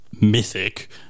mythic